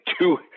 two